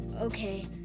okay